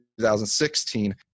2016